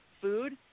food